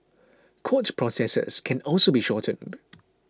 court processes can also be shortened